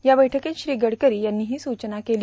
या बैठकीत श्री गडकरी यांनी ही सूचना केली